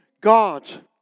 God